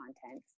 content